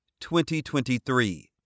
2023